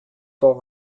tant